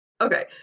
okay